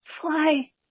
fly